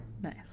Nice